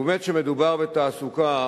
ובאמת כשמדובר בתעסוקה,